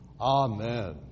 Amen